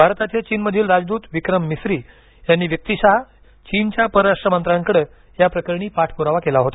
भारताचे चीनमधील राजदूत विक्रम मिसरी यांनी व्यक्तिशः चिनच्या परराष्ट्र मंत्र्यांकडे या प्रकरणी पाठपुरावा केला होता